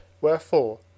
Wherefore